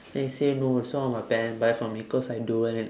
then he say no this one all my parents buy for me cause I do well in